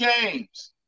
games